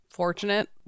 fortunate